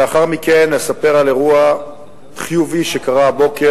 לאחר מכן אספר על אירוע חיובי שקרה הבוקר.